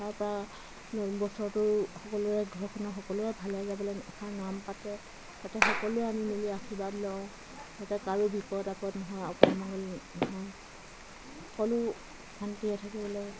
তাৰপৰা নতুন বছৰটো সকলোৰে ঘৰখনৰ সকলোৰে ভালে যাবলৈ এষাৰ নাম পাতে তাতে সকলোৱে মিলি আমি আশীৰ্বাদ লওঁ যাতে কাৰো বিপদ আপদ নহয় অপাই অমংগল নহয় সকলো শান্তিৰে থাকিবলৈ